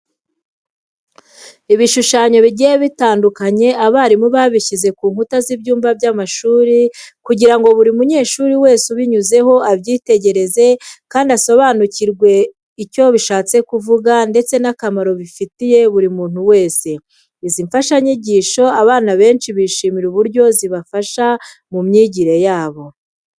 Ibishushanyo bigiye bitandukanye abarimu babishyira ku nkuta z'ibyumba by'amashuri kugira ngo buri munyeshuri wese ubinyuzeho abyitegereze kandi asobanukirwe icyo bishatse kuvuga ndetse n'akamaro bifitiye buri muntu wese. Izi mfashanyigisho abana benshi bishimira uburyo zibafasha mu myigire yabo.